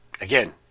again